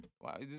Wow